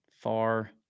far